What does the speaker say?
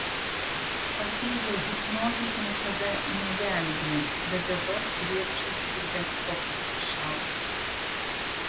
patėvio hipnozės niekada negelbėjo bet dabar griebčiausi bet kokio šiaudo